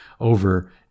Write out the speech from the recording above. over